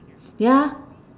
ya